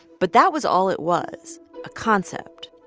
but that was all it was a concept,